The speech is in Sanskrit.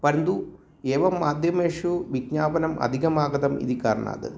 परन्तु एवं माध्यमेषु विज्ञापनम् अधिकम् आगतम् इति कारणात्